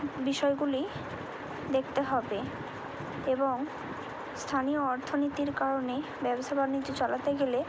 বিষয়গুলি দেখতে হবে এবং স্থানীয় অর্থনীতির কারণে ব্যবসা বাণিজ্য চালাতে গেলে